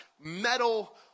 metal